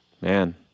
man